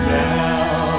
now